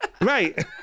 Right